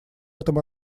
этом